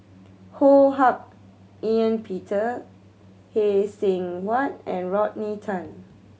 Ho Hak Ean Peter Phay Seng Whatt and Rodney Tan